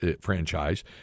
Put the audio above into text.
franchise